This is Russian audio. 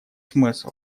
смысл